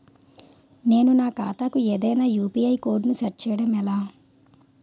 నేను నా ఖాతా కు ఏదైనా యు.పి.ఐ కోడ్ ను సెట్ చేయడం ఎలా?